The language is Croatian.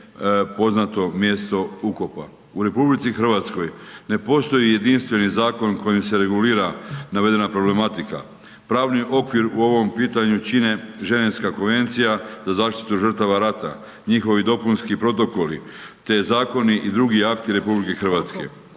poznato mjesto ukopa. U RH ne postoji jedinstven zakon kojim se regulira navedena problematika. Pravni okvir u ovom pitanju čine Ženevska konvencija za zaštitu žrtava rata, njihovi dopunski protokoli te zakoni i drugi akti RH. Ovim će se